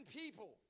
people